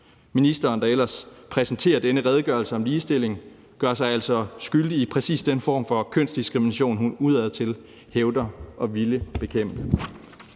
Ministeren, der ellers præsenterer denne redegørelse om ligestilling, gør sig altså skyldig i præcis den form for kønsdiskrimination, hun udadtil hævder at ville bekæmpe.